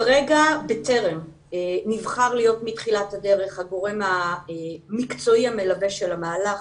כרגע "בטרם" נבחר להיות מתחילת הדרך הגורם המקצועי המלווה של המהלך